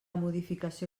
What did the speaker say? modificació